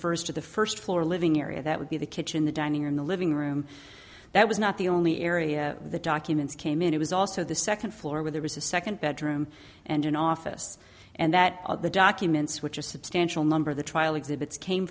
refers to the first floor living area that would be the kitchen the dining and the living room that was not the only area the documents came in it was also the second floor with there was a second bedroom and an office and that the documents which a substantial number of the trial exhibits came